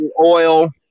oil